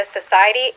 society